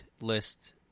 list